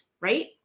right